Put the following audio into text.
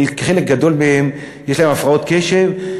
חלק גדול מהם יש להם הפרעות קשב,